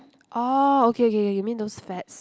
oh okay okay you mean those fats